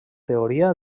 teoria